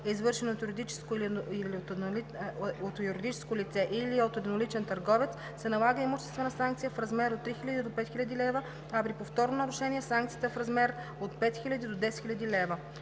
извършено от юридическо лице или от едноличен търговец, се налага имуществена санкция в размер от 3000 до 5000 лв., а при повторно нарушение санкцията е в размер от 5000 до 10 000 лв.“